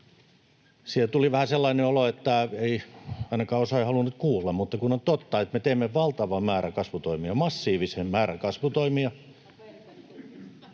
Siellä tuli vähän sellainen olo, että ainakaan osa ei halunnut kuulla. Mutta on totta, että me teemme valtavan määrän kasvutoimia, massiivisen määrän kasvutoimia.